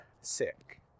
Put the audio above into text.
sick